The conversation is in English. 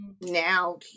now